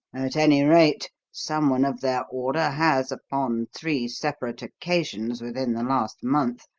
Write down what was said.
at any rate, someone of their order has, upon three separate occasions within the last month,